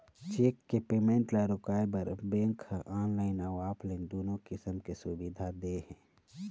cheque के payment ल रोकवाए बर बेंक ह ऑफलाइन अउ ऑनलाईन दुनो किसम के सुबिधा दे हे